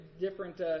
different